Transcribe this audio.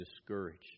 discouraged